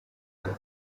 and